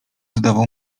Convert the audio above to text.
zdawał